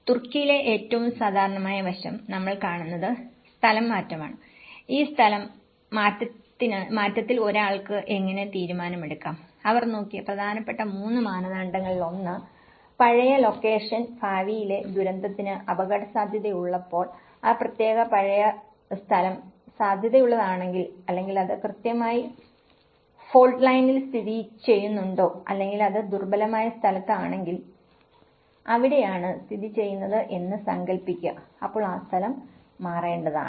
തുർക്കിയിലെ ഏറ്റവും സാധാരണമായ വശം നമ്മൾ കാണുന്നത് സ്ഥലം മാറ്റമാണ് ഈ സ്ഥലം മാറ്റത്തിൽ ഒരാൾക്ക് എങ്ങനെ തീരുമാനമെടുക്കാം അവർ നോക്കിയ പ്രധാനപ്പെട്ട മൂന്ന് മാനദണ്ഡങ്ങളിൽ ഒന്ന് പഴയ ലൊക്കേഷൻ ഭാവിയിലെ ദുരന്തത്തിന് അപകടസാധ്യതയുള്ളപ്പോൾ ആ പ്രത്യേക പഴയ സ്ഥലം സാധ്യതയുള്ളതാണെങ്കിൽ അല്ലെങ്കിൽ അത് കൃത്യമായി ഫോൾട്ട് ലൈനിൽ സ്ഥിതിചെയ്യുന്നുണ്ടോ അല്ലെങ്കിൽ അത് ദുർബലമായ സ്ഥലത്ത് ആണെങ്കിൽ അവിടെയാണ് സ്ഥിതിചെയ്യുന്നത് എന്ന് സങ്കൽപ്പിക്കുക അപ്പോൾ ആ സ്ഥാലം മാറേണ്ടതാണ്